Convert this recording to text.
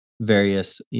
various